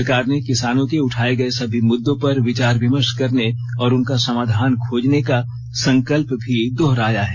सरकार ने किसानों के उठाये गये सभी मुद्दों पर विचार विमर्श करने और उनका समाधान खोजने का संकल्प भी दोहराया है